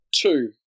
two